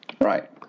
Right